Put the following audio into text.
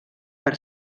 per